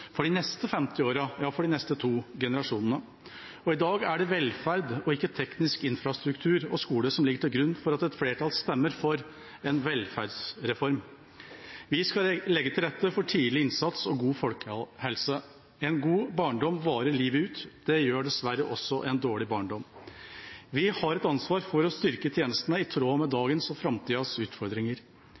for de neste 50 årene – ja, for de neste to generasjonene. I dag er det velferd – ikke teknisk infrastruktur og skole – som ligger til grunn for at et flertall stemmer for en velferdsreform. Vi skal legge til rette for tidlig innsats og god folkehelse. En god barndom varer livet ut. Det gjør dessverre også en dårlig barndom. Vi har et ansvar for å styrke tjenestene i tråd med dagens og framtidas utfordringer.